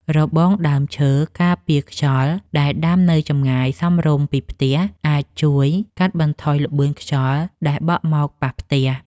របងដើមឈើការពារខ្យល់ដែលដាំនៅចម្ងាយសមរម្យពីផ្ទះអាចជួយកាត់បន្ថយល្បឿនខ្យល់ដែលបក់មកប៉ះផ្ទះ។